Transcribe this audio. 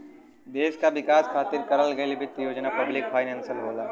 देश क विकास खातिर करस गयल वित्त योजना पब्लिक फाइनेंस होला